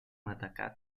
matacà